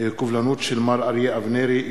של מר אריה אבנרי,